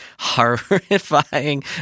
horrifying